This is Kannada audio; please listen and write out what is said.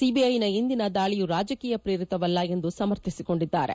ಸಿಬಿಐನ ಇಂದಿನ ದಾಳಿಯು ರಾಜಕೀಯ ಪ್ರೇರಿತವಲ್ಲ ಎಂದು ಸಮರ್ಥಿಸಿಕೊಂಡಿದ್ದಾರೆ